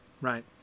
right